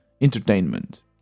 entertainment